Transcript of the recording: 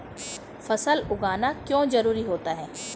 फसल उगाना क्यों जरूरी होता है?